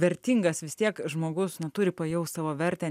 vertingas vis tiek žmogus na turi pajaust savo vertę